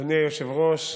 אדוני היושב-ראש,